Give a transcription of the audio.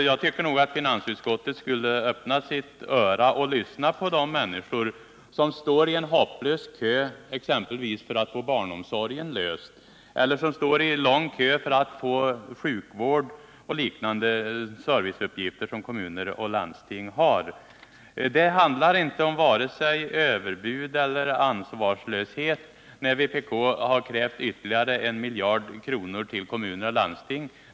Jag anser att finansutskottet borde öppna sitt öra och lyssna till de människor som står i en hopplös kö, exempelvis för att få barnomsorgen löst, och till de människor som står i en lång kö för att få sjukvård och liknande service som kommuner och landsting har att svara Det handlar inte vare sig om överbud eller om ansvarslöshet när vpk kräver ytterligare en miljard till kommuner och landsting.